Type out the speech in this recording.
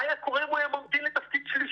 מה היה קורה אם הוא היה ממתין לתפקיד שלישי?